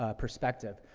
ah perspective.